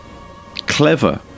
Clever